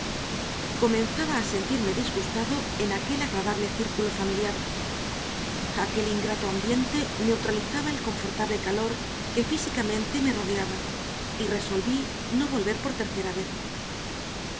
comenzaba a sentirme disgustado en aquel agradable círculo familiar aquel ingrato ambiente neutralizaba el confortable calor que físicamente me rodeaba y resolví no volver por tercera vez